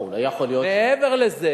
לא, אולי יכול להיות, מעבר לזה,